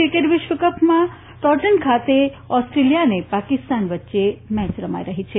cricket વિશ્વકપમાં Taunton ખાતે Australia અને પાકિસ્તાન વચ્ચે મેચ રમાઇ રહી છે